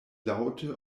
laŭte